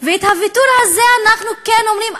ואת הוויתור הזה אנחנו כן אומרים,